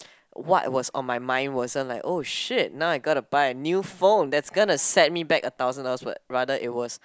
what was on my mind wasn't like oh shit now I got to buy a new phone that's gonna set me back a thousand dollars rather it was